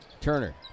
Turner